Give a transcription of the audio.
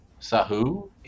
Sahu